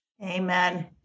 Amen